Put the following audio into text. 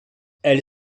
elle